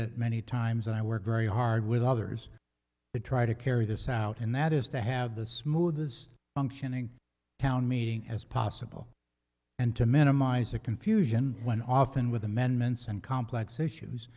articulated many times and i work very hard with others to try to carry this out and that is to have the smoothest functioning town meeting as possible and to minimize the confusion when often with amendments and complex issues